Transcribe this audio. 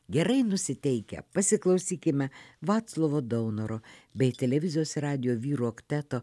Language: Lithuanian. gerai nusiteikę pasiklausykime vaclovo daunoro bei televizijos radijo vyrų okteto